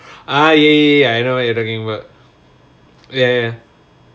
ah ya ya ya I know what you're talking about ya ya ya